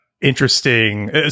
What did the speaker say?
interesting